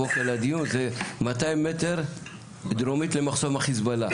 הבוקר לדיון זה 200 מטר דרומית למחסום החיזבאללה,